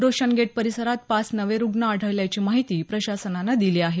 Roshan Gate परिसरात पाच नवे रुग्ण आढळल्याची माहितीही प्रशासनानं दिली आहे